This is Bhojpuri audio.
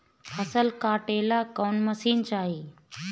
फसल काटेला कौन मशीन चाही?